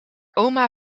oma